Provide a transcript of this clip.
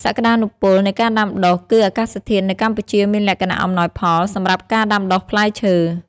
សក្តានុពលនៃការដាំដុះ គឺអាកាសធាតុនៅកម្ពុជាមានលក្ខណៈអំណោយផលសម្រាប់ការដាំដុះផ្លែឈើ។